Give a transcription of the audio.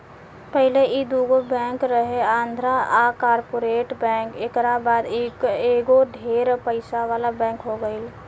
पहिले ई दुगो बैंक रहे आंध्रा आ कॉर्पोरेट बैंक एकरा बाद ई एगो ढेर पइसा वाला बैंक हो गईल